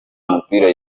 umupira